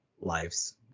lives